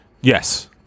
Yes